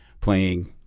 playing